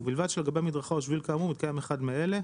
ובלבד שלגבי מדרכה או שביל כאמור מתקיים אחד מאלה:"